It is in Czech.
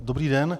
Dobrý den.